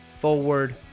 forward